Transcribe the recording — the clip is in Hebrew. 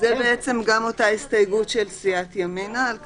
זאת אותה הסתייגות של סיעת ימינה על כנסים,